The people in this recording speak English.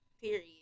Period